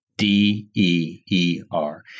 D-E-E-R